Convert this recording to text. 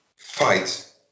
fight